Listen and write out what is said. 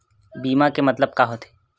बीमा के मतलब का होथे?